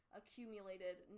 accumulated